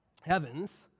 heavens